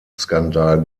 skandal